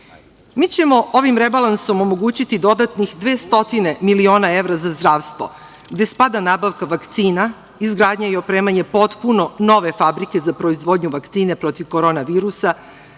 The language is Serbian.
ćemo ovim rebalansom omogućiti dodatnih 200 miliona evra za zdravstvo, gde spada nabavka vakcina, izgradnja i opremanje potpuno nove fabrike za proizvodnju vakcine protiv korona virusa,